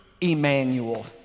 Emmanuel